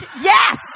Yes